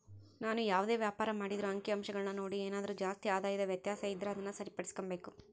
ನಾವು ಯಾವುದೇ ವ್ಯಾಪಾರ ಮಾಡಿದ್ರೂ ಅಂಕಿಅಂಶಗುಳ್ನ ನೋಡಿ ಏನಾದರು ಜಾಸ್ತಿ ಆದಾಯದ ವ್ಯತ್ಯಾಸ ಇದ್ರ ಅದುನ್ನ ಸರಿಪಡಿಸ್ಕೆಂಬಕು